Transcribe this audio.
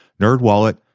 NerdWallet